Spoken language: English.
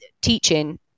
teaching